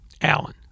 Allen